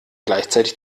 gleichzeitig